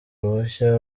ruhushya